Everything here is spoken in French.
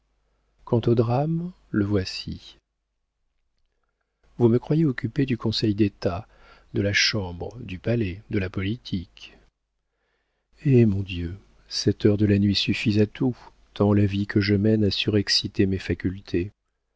quant au drame le voici vous me croyez occupé du conseil-d'état de la chambre du palais de la politique eh mon dieu sept heures de la nuit suffisent à tout tant la vie que je mène a surexcité mes facultés